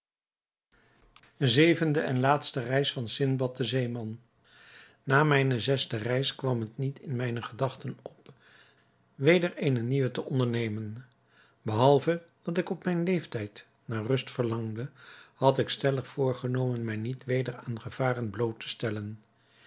zevende en laatste reis van sindbad den zeeman na mijne zesde reis kwam het niet in mijne gedachten op weder eene nieuwe te ondernemen behalve dat ik op mijn leeftijd naar rust verlangde had ik stellig voorgenomen mij niet weder aan gevaren bloot te stellen